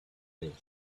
taste